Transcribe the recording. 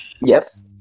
Yes